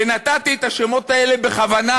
ונתתי את השמות האלה בכוונה,